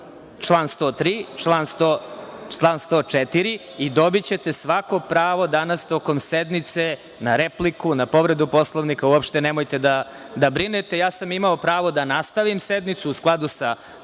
član 103. i član 104. i dobićete svako pravo danas tokom sednice na repliku, na povredu Poslovnika, uopšte nemojte da brinete. Imao sam pravo da nastavim sednicu u skladu sa